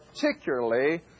particularly